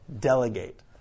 delegate